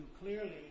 clearly